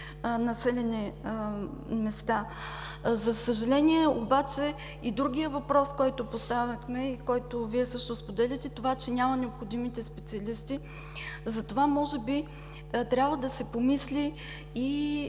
населени места. За съжаление обаче, и другият въпрос, който поставихме и който Вие също споделяте, е това, че няма необходимите специалисти. Може би трябва да се помисли и